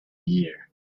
year